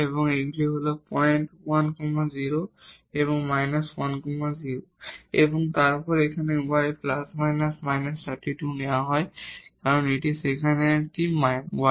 এবং এগুলি হল পয়েন্ট 10 1 0 এবং তারপর এখানে y ± 32 নেওয়া হয় কারণ এটি সেখানে একটি y2